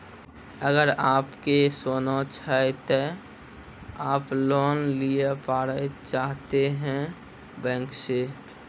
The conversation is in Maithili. अगर आप के सोना छै ते आप लोन लिए पारे चाहते हैं बैंक से?